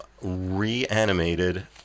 reanimated